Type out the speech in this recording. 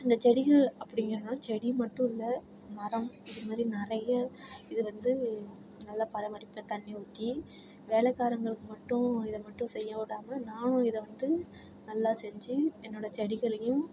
இந்த செடிங்க அப்படிங்கிறதுனால செடி மட்டும் இல்லை மரம் இதுமாரி நிறைய இது வந்து நல்லா பராமரிப்பேன் தண்ணி ஊற்றி வேலைக்காரங்களுக்கு மட்டும் இத மட்டும் செய்யவிடாம நானும் இத வந்து நல்லா செஞ்சு என்னோடய செடிகளையும்